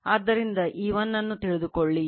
ಆದ್ದರಿಂದ E1 ಅನ್ನು ತಿಳಿದುಕೊಳ್ಳಿ